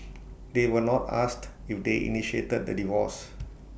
they were not asked if they initiated the divorce